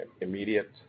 immediate –